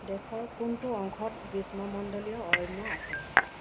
দেশৰ কোনটো অংশত গ্ৰীষ্মমণ্ডলীয় অৰণ্য আছে